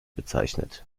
bezeichnet